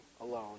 alone